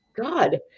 God